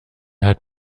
hat